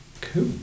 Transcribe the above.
Cool